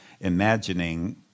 imagining